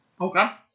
Okay